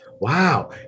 wow